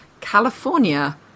California